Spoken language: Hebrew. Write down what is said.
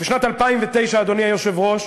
ובשנת 2009, אדוני היושב-ראש,